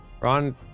Ron